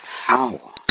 Power